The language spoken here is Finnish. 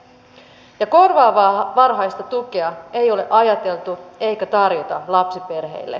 ja korvaavaa varhaista tukea ei ole ajateltu eikä tarjota lapsiperheille